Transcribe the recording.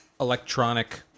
electronic